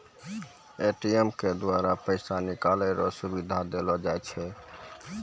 ATM के द्वारा पैसा निकालै रो सुविधा देलो जाय छै